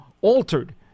altered